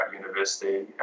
university